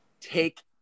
take